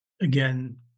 again